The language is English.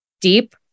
deep